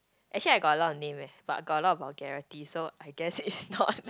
actually I got a lot of name eh but got a lot of vulgarities so I guess it's not